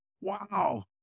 wow